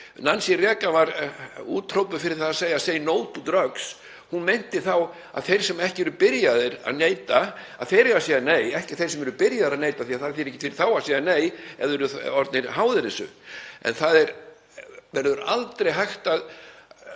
Nancy Reagan var úthrópuð fyrir það að segja: „Say no to drugs.“ Hún meinti þá að þeir sem ekki eru byrjaðir að neyta eigi að segja nei, ekki þeir sem eru byrjaðir að neyta því að það þýðir ekkert fyrir þá að segja nei ef þeir eru orðnir háðir þessu. En það verður aldrei hægt að